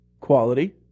quality